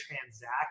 transact